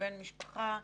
הצבעה בעד,